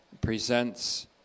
presents